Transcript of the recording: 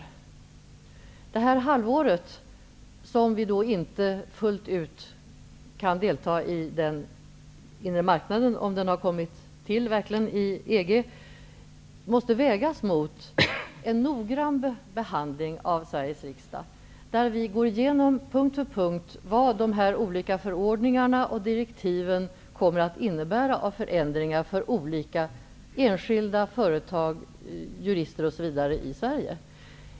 Under det halvår som vi inte fullt ut kan delta i den inre marknaden i EG - om den verkligen har kommit till - måste det i Sveriges riksdag ske en noggrann behandling, där vi punkt för punkt går igenom vad de olika förordningarna och direktiven kommer att innebära av förändringar för olika enskilda företag, jurister, osv. i Sverige.